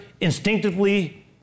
instinctively